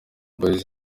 boys